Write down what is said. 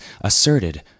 asserted